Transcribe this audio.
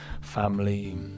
family